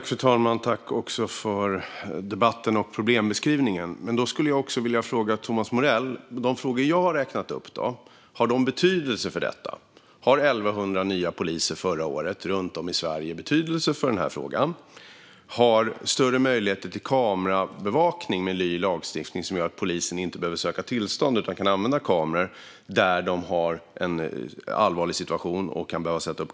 Fru talman! Jag tackar Thomas Morell för debatten och problembeskrivningen. Låt mig fråga Thomas Morell om de åtgärder som jag har räknat upp har betydelse i frågan. Har förra årets 1 100 nya poliser runt om i landet betydelse? Har större möjligheter till kamerabevakning genom ny lagstiftning som gör att polisen inte behöver söka tillstånd utan kan använda kameror där det behövs betydelse?